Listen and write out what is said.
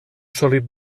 sòlid